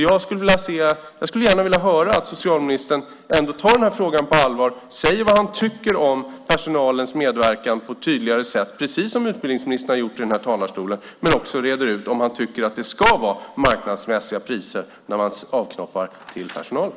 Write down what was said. Jag skulle gärna vilja höra att socialministern tar frågan på allvar och på ett tydligare sätt säger vad han tycker om personalens medverkan, precis som utbildningsministern har gjort i den här talarstolen, men också reder ut om han tycker att det ska vara marknadsmässiga priser när man avknoppar till personalen.